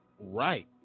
right